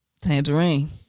Tangerine